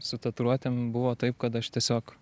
su tatuiruotėm buvo taip kad aš tiesiog